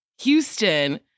houston